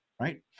right